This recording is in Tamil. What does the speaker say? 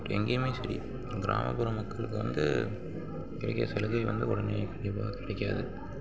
எங்கேயுமே சரி கிராமப்புற மக்களுக்கு வந்து கிடைக்கிற சலுகை வந்து உடனே கண்டிப்பாக கிடைக்காது